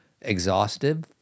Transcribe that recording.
exhaustive